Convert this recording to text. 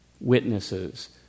witnesses